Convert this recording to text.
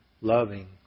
Loving